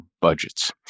budgets